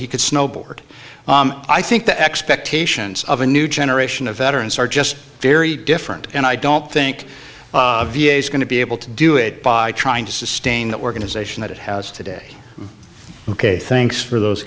he could snowboard i think the expectations of a new generation of veterans are just very different and i don't think v a is going to be able to do it by trying to sustain the organization that it has today ok thanks for those